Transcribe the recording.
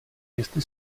jestli